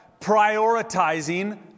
prioritizing